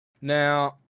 Now